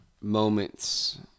moments